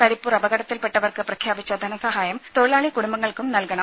കരിപ്പൂർ അപകടത്തിൽപ്പെട്ടവർക്ക് പ്രഖ്യാപിച്ച ധനസഹായം തൊഴിലാളി കുടുംബങ്ങൾക്കും നൽകണം